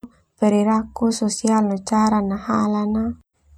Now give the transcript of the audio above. Perilaku sosial no cara nahala na.